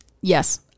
Yes